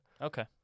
Okay